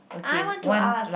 I want to ask